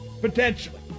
potentially